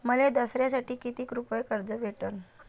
मले दसऱ्यासाठी कितीक रुपये कर्ज भेटन?